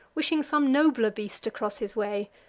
wishing some nobler beast to cross his way,